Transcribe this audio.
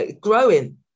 growing